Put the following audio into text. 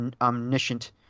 omniscient